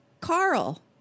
Carl